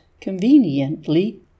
conveniently